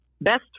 best